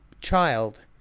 child